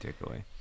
takeaway